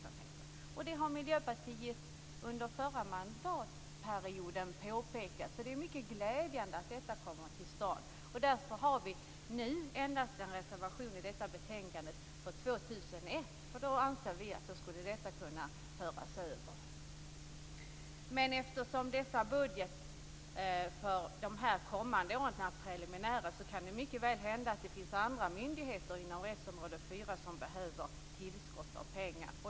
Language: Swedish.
Behovet av detta påpekade Miljöpartiet under förra mandatperioden. Det är mycket glädjande att detta nu kommer till stånd. Därför har vi i detta betänkande endast en reservation för år 2001 - då anser vi att detta skulle kunna föras över. Men eftersom budgetförslagen för de kommande åren är preliminära kan det mycket väl hända att det finns andra myndigheter inom utgiftsområde 4 som behöver tillskott av pengar.